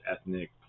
ethnic